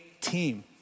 team